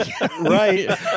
Right